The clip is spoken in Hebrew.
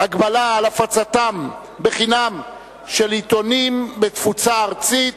(הגבלה על הפצתם בחינם של עיתונים בתפוצה ארצית),